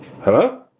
Hello